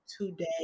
today